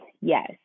yes